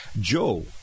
joe